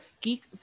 Geek